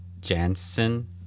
Jansen